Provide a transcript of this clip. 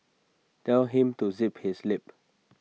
tell him to zip his lip